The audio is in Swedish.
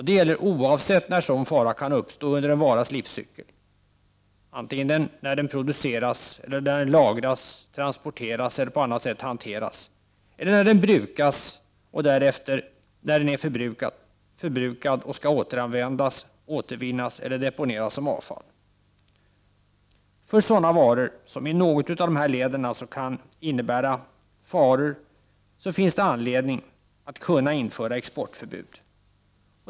Det gäller oavsett när sådan fara kan uppstå under en varas livscykel, vare sig det är när den produceras, lagras, transporteras eller på annat sätt hanteras eller när den har förbrukats och därefter skall återanvändas, återvinnas eller deponeras som avfall. För sådana varor som i något av de här leden kan innebära faror finns en anledning att införa exportförbud.